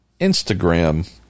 instagram